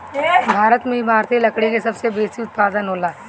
भारत में इमारती लकड़ी के सबसे बेसी उत्पादन होला